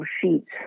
sheets